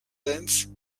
lenz